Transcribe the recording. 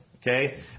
Okay